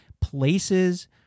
places